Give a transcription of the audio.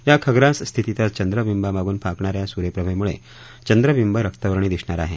या खग्रास स्थितीतच चंद्रबिंबामागून फाकणा या सूर्यप्रभेमुळे चंद्रबिंब रक्तवर्णी दिसणार आहे